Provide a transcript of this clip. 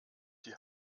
die